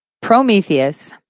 Prometheus